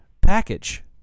package